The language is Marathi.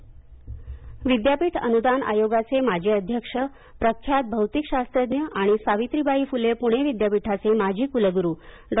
अरूण निगवेकर निधन विद्यापीठ अनूदान आयोगाचे माजी अध्यक्ष प्रख्यात भौतिकशास्त्रज्ञ आणि सावित्रीबाई फूले पूणे विद्यापीठाचे माजी कूलगूरू डॉ